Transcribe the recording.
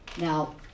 Now